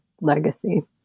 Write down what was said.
legacy